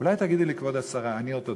אולי תגידי לי, כבוד השרה, אני אורתודוקסי?